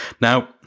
Now